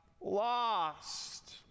lost